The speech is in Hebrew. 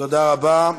תודה רבה.